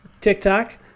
TikTok